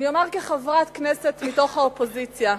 אני אומר, כחברת כנסת מתוך האופוזיציה,